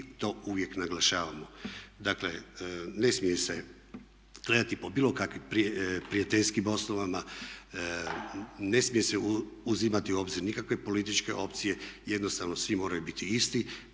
i to uvijek naglašavamo. Dakle, ne smije se gledati po bilo kakvim prijateljskim osnovama, ne smije se uzimati u obzir nikakve političke opcije, jednostavno svi moraju biti isti.